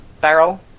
barrel